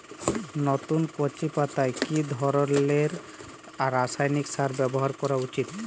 নতুন কচি পাতায় কি ধরণের রাসায়নিক সার ব্যবহার করা উচিৎ?